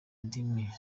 ndimi